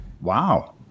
Wow